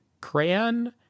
crayon